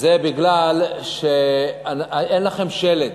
זה כי אין לכם שלד.